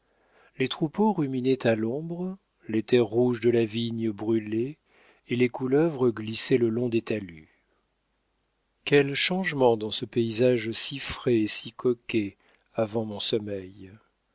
les troupeaux ruminaient à l'ombre les terres rouges de la vigne brûlaient et les couleuvres glissaient le long des talus quel changement dans ce paysage si frais et si coquet avant mon sommeil